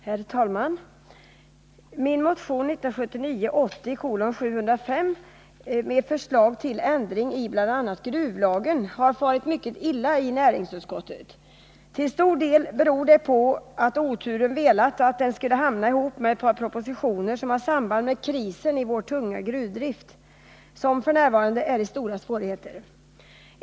Herr talman! Min motion 1979/80:705 med förslag till ändring av bl.a. gruvlagen har farit mycket illa i näringsutskottet. Till stor del beror det på att oturen velat att den skulle hamna ihop med ett par propositioner som har samband med krisen i vår tunga gruvdrift, som f. n. har stora svårigheter.